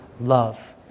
love